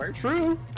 true